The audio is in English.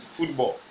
Football